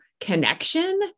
connection